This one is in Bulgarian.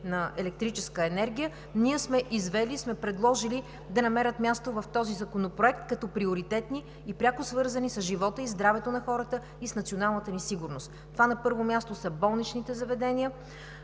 на електрическа енергия сме извели и сме предложили да намери място в този законопроект като приоритетна и пряко свързана с живота и здравето на хората и с националната ни сигурност. На първо място са болничните заведения.